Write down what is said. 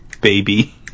baby